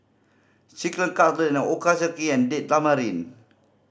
Chicken Cutlet Ochazuke and Date Tamarind